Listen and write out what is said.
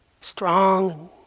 Strong